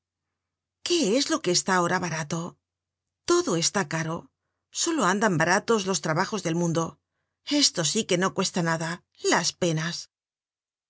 qué es lo que está ahora barato todo está caro solo andan baratos los trabajos del mundo esto sí que no cuesta nada las penas